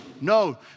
No